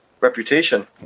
reputation